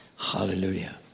hallelujah